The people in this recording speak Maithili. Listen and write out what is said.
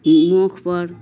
मुख पर